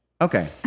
Okay